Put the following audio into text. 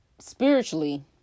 Spiritually